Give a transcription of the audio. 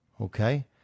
Okay